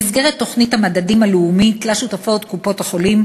במסגרת תוכנית המדדים הלאומית ששותפות לה קופות-החולים